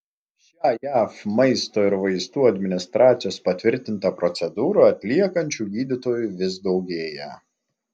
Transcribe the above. šią jav maisto ir vaistų administracijos patvirtintą procedūrą atliekančių gydytojų vis daugėja